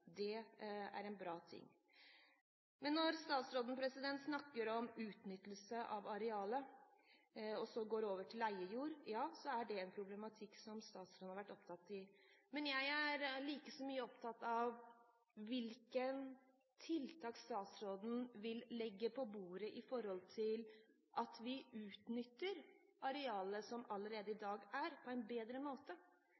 det er en bra ting. Når statsråden snakker om utnyttelse av arealet og så går over til leiejord, er det en problematikk som statsråden har vært opptatt av. Jeg er like mye opptatt av hvilke tiltak statsråden vil legge på bordet i forbindelse med at vi utnytter arealet som i dag allerede